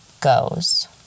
goes